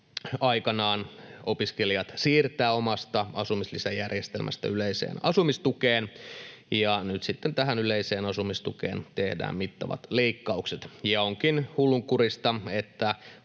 päätettiin opiskelijat siirtää omasta asumislisäjärjestelmästä yleiseen asumistukeen ja nyt sitten tähän yleiseen asumistukeen tehdään mittavat leikkaukset. Onkin hullunkurista,